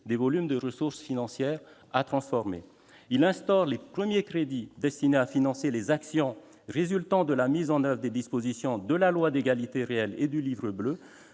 des volumes de ressources financières à transformer. Il porte les premiers crédits destinés à financer les actions résultant de la mise en oeuvre des dispositions de la loi de programmation relative